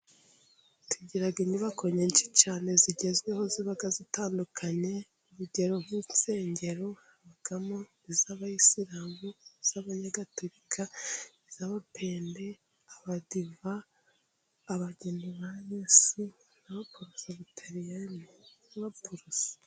Tugira inyubako nyinshi cyane zigezweho ziba zitandukanye. Urugero nk'insengero. Habamo iz'Abayisilamu, iz'Abanyagatulika, iz'Abapende, Abadive, Abageni ba Yesu n'Abaperesibutaliyani, n'Abaporoso.